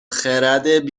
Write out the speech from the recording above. خرد